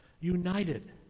united